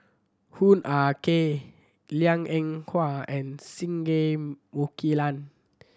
Hoo Ah Kay Liang Eng Hwa and Singai Mukilan